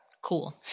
cool